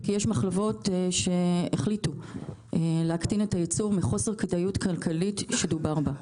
וכי יש מחלבות שהחליטו להקטין את הייצור מחוסר כדאיות כלכלית שדובר בה.